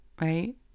right